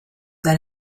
that